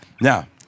Now